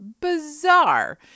bizarre